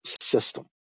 system